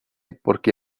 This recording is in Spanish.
porque